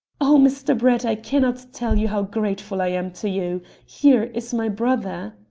oh, mr. brett, i cannot tell you how grateful i am to you! here is my brother!